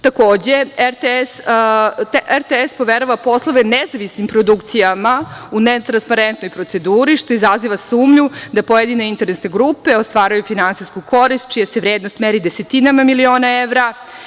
Takođe, RTS poverava poslove nezavisnim produkcijama u netransparentnoj proceduri, što izaziva sumnju da pojedine interesne grupe ostvaruju finansijsku korist, čija se vrednost meri desetinama miliona evra.